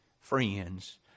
friends